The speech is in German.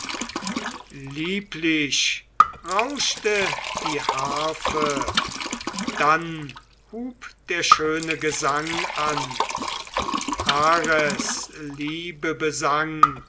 lieblich rauschte die harfe dann hub der schöne gesang an ares liebe